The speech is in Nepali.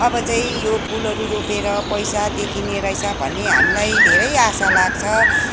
अब चाहिँ यो फुलहरू रोपेर पैसा देखिने रहेछ भन्ने हामीलाई धेरै आशा लाग्छ